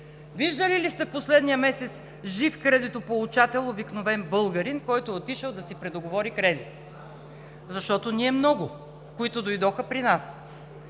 Виждали ли сте в последния месец жив кредитополучател – обикновен българин, който е отишъл да си предоговори кредита – защото ние – много, които дойдоха при нас?